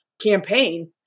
campaign